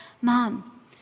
Mom